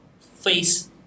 face